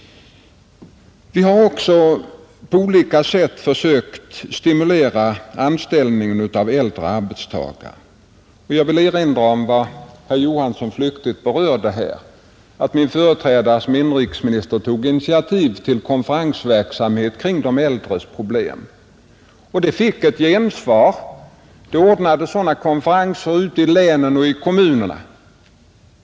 Vi har också på olika sätt försökt stimulera anställning av äldre arbetstagare, och jag vill erinra om vad herr Johansson i Simrishamn flyktigt berörde, nämligen att min företrädare som inrikesminister tog initiativ till konferensverksamhet med anledning av de äldres problem och fick ett gensvar. Det ordnades sådana konferenser ute i länen och i kommunerna.